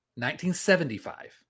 1975